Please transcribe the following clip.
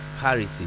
parity